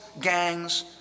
gangs